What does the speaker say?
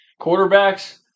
Quarterbacks